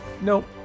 Nope